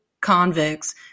convicts